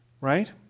Right